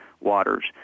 waters